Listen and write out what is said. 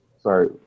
Sorry